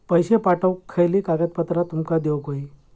पैशे पाठवुक खयली कागदपत्रा तुमका देऊक व्हयी?